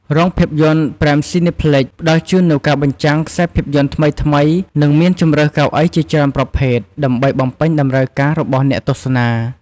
រោងភាពយន្ត ប្រែមស៊ីនេផ្លិច (Prime Cineplex) ផ្តល់ជូននូវការបញ្ចាំងខ្សែភាពយន្តថ្មីៗ និងមានជម្រើសកៅអីជាច្រើនប្រភេទដើម្បីបំពេញតម្រូវការរបស់អ្នកទស្សនា។